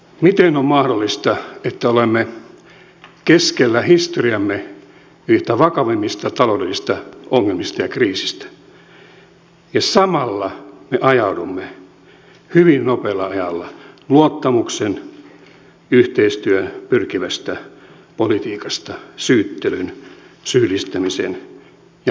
miten on mahdollista että olemme keskellä historiamme yhtä vakavimmista taloudellisista ongelmista ja kriiseistä ja samalla me ajaudumme hyvin nopealla ajalla luottamukseen ja yhteistyöhön pyrkivästä politiikasta syyttelyn syyllistämisen ja vastakkainasettelun tielle